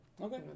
Okay